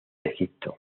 egipto